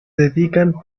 dedican